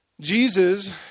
Jesus